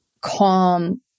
calm